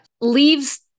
leaves